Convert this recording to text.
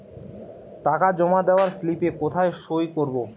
টাকা জমা দেওয়ার স্লিপে কোথায় সই করব?